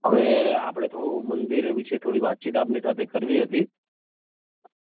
હવે આપણે થોડું મંદિર વિશે થોડી વાતચીત આપની સાથે કરવી હતી